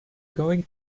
going